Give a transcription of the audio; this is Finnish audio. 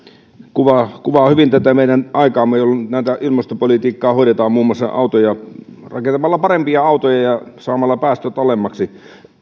kuvaa kuvaa hyvin tätä meidän aikaamme jolloin ilmastopolitiikkaa hoidetaan muun muassa rakentamalla parempia autoja ja saamalla päästöt alemmaksi